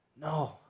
No